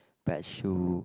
batch who